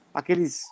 aqueles